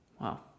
Wow